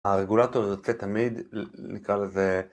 הרגולטור ירצה תמיד